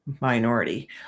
minority